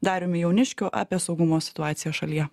dariumi jauniškiu apie saugumo situaciją šalyje